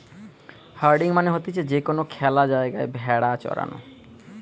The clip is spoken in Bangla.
হার্ডিং মানে হতিছে যে কোনো খ্যালা জায়গায় ভেড়া চরানো